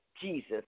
Jesus